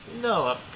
no